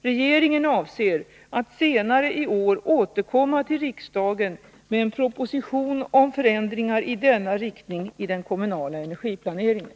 Regeringen avser att senare i år återkomma till riksdagen med en proposition om förändringar i denna riktning i den kommunala energiplaneringen.